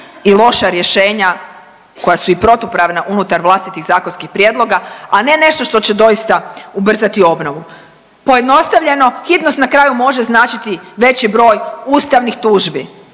i loša rješenja koja su i protupravna unutar vlastitih zakonskih prijedloga, a ne nešto što će doista ubrzati obnovu. Pojednostavljeno, hitnost na kraju može značiti veći broj ustavnih tužbi